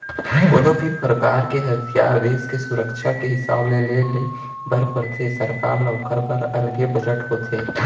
कोनो भी परकार के हथियार देस के सुरक्छा के हिसाब ले ले बर परथे सरकार ल ओखर बर अलगे बजट होथे